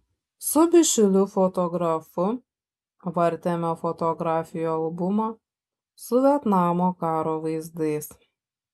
su bičiuliu fotografu vartėme fotografijų albumą su vietnamo karo vaizdais